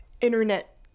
internet